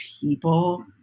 people